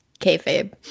kayfabe